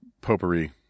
potpourri